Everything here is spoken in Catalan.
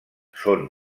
són